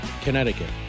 Connecticut